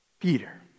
Peter